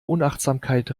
unachtsamkeit